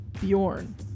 Bjorn